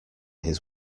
his